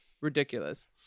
ridiculous